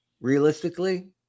Realistically